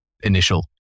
initial